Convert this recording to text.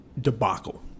debacle